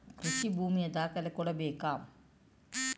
ಕೃಷಿ ಭೂಮಿಯ ದಾಖಲೆ ಕೊಡ್ಬೇಕಾ?